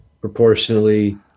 proportionally